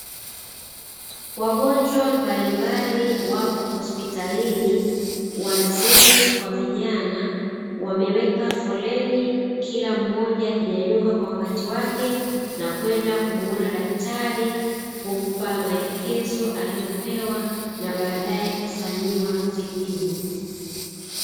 Wagonjwa mbalimbali wapo hospitalini, wazee kwa vijana wameweka foleni, kila mmoja akinyanyuka kwa wakati wake na kwenda kumuona daktari kumpa maelekezo aliyopewa na baadae kufanyiwa vipimo.